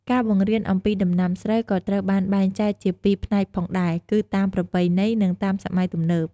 ការបង្រៀនអំពីដំណាំស្រូវក៏ត្រូវបានបែងចែកជាពីរផ្នែកផងដែរ គឺតាមប្រពៃណី និងតាមសម័យទំនើប។